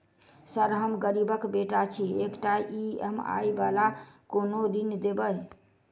Sir हम गरीबक बेटा छी एकटा ई.एम.आई वला कोनो ऋण देबै?